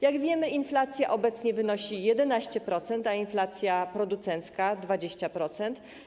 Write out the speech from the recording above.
Jak wiemy, inflacja obecnie wynosi 11%, a inflacja producencka - 20%.